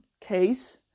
case